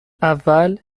اول